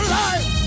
life